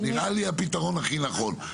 זה נראה לי הפתרון הכי נכון.